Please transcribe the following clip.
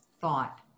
thought